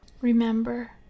Remember